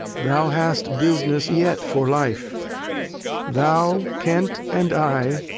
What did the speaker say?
thou hast business yet for life thou, kent, and i,